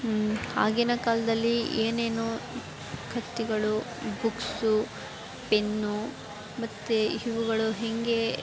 ಆಗಿನ ಕಾಲದಲ್ಲಿ ಏನೇನು ಕತ್ತಿಗಳು ಬುಕ್ಸು ಪೆನ್ನು ಮತ್ತು ಇವುಗಳು ಹೇಗೆ